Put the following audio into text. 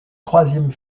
troisième